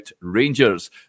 Rangers